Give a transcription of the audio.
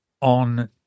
on